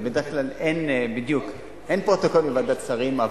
בדרך כלל אין פרוטוקול מוועדת שרים,